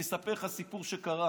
אני אספר לך סיפור שקרה,